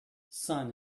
sun